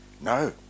No